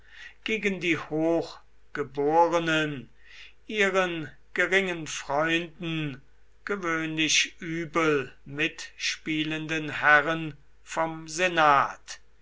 gegen die hochgeborenen ihren geringen freunden gewöhnlich übel mitspielenden herren vom senat